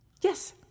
Yes